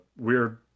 weird